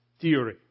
Theory